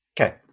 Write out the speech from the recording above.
Okay